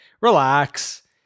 relax